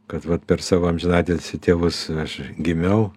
kad vat per savo amžinatilsį tėvus aš gimiau